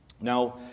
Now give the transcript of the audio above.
Now